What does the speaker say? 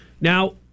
Now